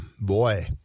Boy